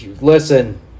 Listen